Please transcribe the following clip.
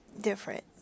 different